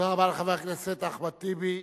תודה רבה לחבר הכנסת אחמד טיבי.